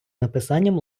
написанням